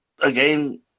again